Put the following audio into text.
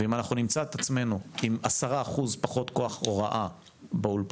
ואם אנחנו נמצא את עצמנו עם עשרה אחוזים פחות כוח הוראה באולפנים,